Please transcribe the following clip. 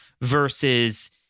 versus